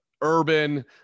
Urban